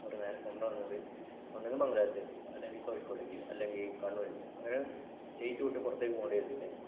അവരെ നേരെ കൊണ്ടുപോകുന്നത് ഒന്നെങ്കിൽ മംഗലാപുരത്തേക്ക് അല്ലെങ്കിൽ കോഴിക്കോടേക്ക് അല്ലെങ്കിൽ കണ്ണൂരേക്ക് അങ്ങനെ സ്റ്റേറ്റ് വിട്ട് പുറത്തേക്ക് പോകേണ്ടി വരുന്നുണ്ടായിരുന്നു